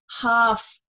half